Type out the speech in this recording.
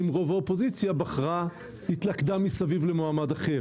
אם רוב האופוזיציה התלכדה סביב מועמד אחר.